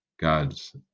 God's